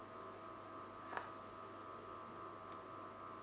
ah